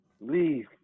Leave